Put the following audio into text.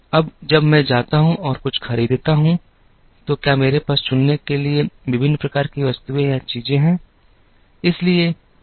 अब जब मैं जाता हूं और कुछ खरीदता हूं तो क्या मेरे पास चुनने के लिए विभिन्न प्रकार की वस्तुएं या चीजें हैं